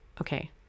okay